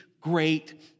great